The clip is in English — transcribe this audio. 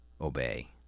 obey